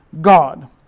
God